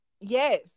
Yes